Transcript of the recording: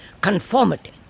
conformity